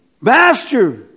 Master